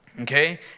Okay